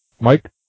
mike